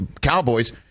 Cowboys